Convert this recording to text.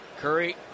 Curry